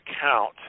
count